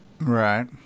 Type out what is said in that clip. Right